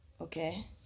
Okay